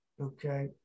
okay